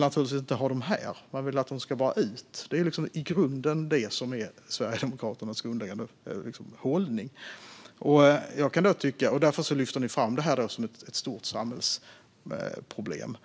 naturligtvis inte ha dem här. Man vill bara att de ska ut. Det är liksom Sverigedemokraternas grundläggande hållning. Därför lyfter man fram detta som ett stort samhällsproblem.